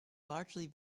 largely